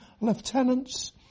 lieutenants